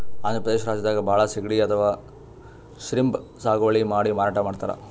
ಆಂಧ್ರ ಪ್ರದೇಶ್ ರಾಜ್ಯದಾಗ್ ಭಾಳ್ ಸಿಗಡಿ ಅಥವಾ ಶ್ರೀಮ್ಪ್ ಸಾಗುವಳಿ ಮಾಡಿ ಮಾರಾಟ್ ಮಾಡ್ತರ್